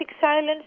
silence